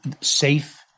safe